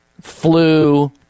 flu